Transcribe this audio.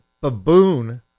baboon